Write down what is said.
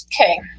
Okay